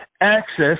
access